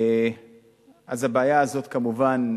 אז הבעיה הזאת, כמובן,